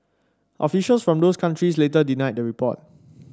officials from those countries later denied the report